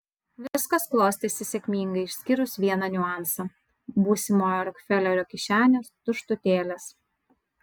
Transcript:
viskas klostėsi sėkmingai išskyrus vieną niuansą būsimojo rokfelerio kišenės tuštutėlės